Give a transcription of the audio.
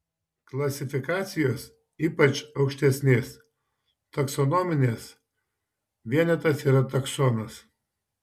klasifikacijos ypač aukštesnės taksonominės vienetas yra taksonas